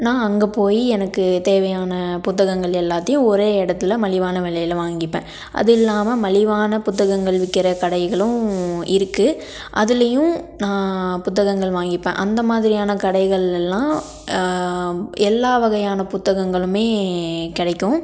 நான் அங்கே போய் எனக்கு தேவையான புத்தகங்கள் எல்லாத்தையும் ஒரே இடத்துல மலிவான விலையில வாங்கிப்பேன் அதுவும் இல்லாமல் மலிவான புத்தகங்கள் விற்கிற கடைகளும் இருக்குது அதுலேயும் நான் புத்தகங்கள் வாங்கிப்பேன் அந்த மாதிரியான கடைகள் எல்லாம் எல்லா வகையான புத்தகங்களுமே கிடைக்கும்